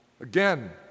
Again